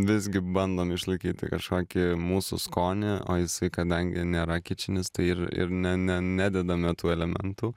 visgi bandom išlaikyti kažkokį mūsų skonį o jisai kadangi nėra kičinis tai ir ir ne ne nededame tų elementų